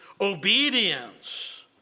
obedience